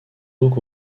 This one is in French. donc